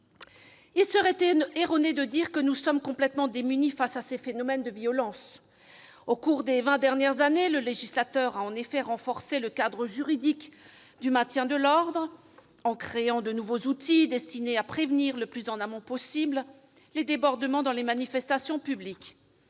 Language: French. Il serait erroné de dire que nous sommes complètement démunis face à ces phénomènes de violence. Au cours des vingt dernières années, le législateur a en effet renforcé le cadre juridique du maintien de l'ordre en créant de nouveaux outils destinés à prévenir le plus en amont possible les débordements dans les manifestations publiques.